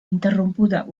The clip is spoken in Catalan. interrompuda